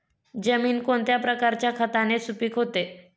जमीन कोणत्या प्रकारच्या खताने सुपिक होते?